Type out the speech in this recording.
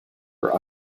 for